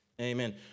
Amen